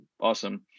awesome